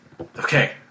Okay